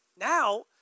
now